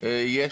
יש